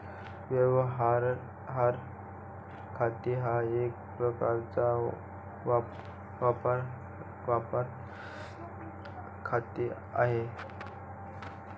व्यवहार खाते हा एक प्रकारचा व्यापार खाते आहे